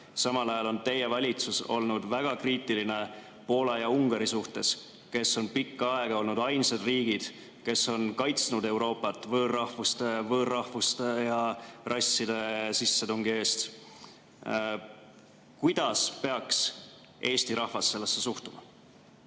Samal ajal on teie valitsus olnud väga kriitiline Poola ja Ungari suhtes, kes on pikka aega olnud ainsad riigid, kes on kaitsnud Euroopat võõrrahvaste ja -rasside sissetungi eest. Kuidas peaks Eesti rahvas sellesse suhtuma?